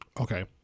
Okay